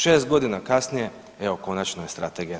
6.g. kasnije evo konačno je strategija tu.